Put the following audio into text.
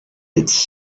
its